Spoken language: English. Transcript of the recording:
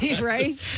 right